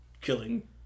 killing